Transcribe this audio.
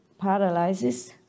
paralysis